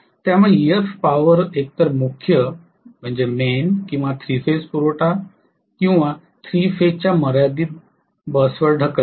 त्यामुळे Ef power एकतर मुख्य किंवा 3 फेज पुरवठा 3 फेज च्या मर्यादित बसवर ढकलते